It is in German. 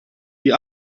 die